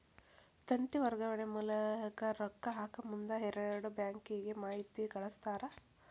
ತಂತಿ ವರ್ಗಾವಣೆ ಮೂಲಕ ರೊಕ್ಕಾ ಹಾಕಮುಂದ ಎರಡು ಬ್ಯಾಂಕಿಗೆ ಮಾಹಿತಿ ಕಳಸ್ತಾರ